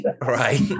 right